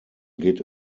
geht